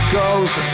goes